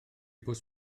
pws